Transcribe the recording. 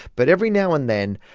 but every now and then,